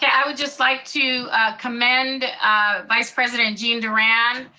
i would just like to commend vice president gene durand,